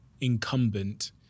incumbent